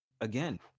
again